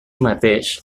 mateix